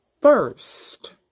first